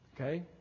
Okay